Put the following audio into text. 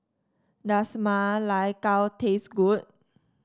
does Ma Lai Gao taste good